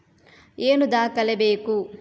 ಏನು ದಾಖಲೆ ಬೇಕು?